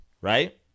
Right